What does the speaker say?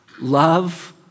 Love